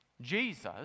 Jesus